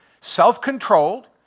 self-controlled